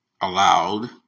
allowed